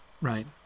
right